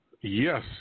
Yes